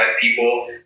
people